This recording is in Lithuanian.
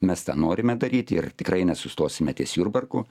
mes tą norime daryt ir tikrai nesustosime ties jurbarku